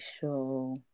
show